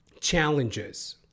challenges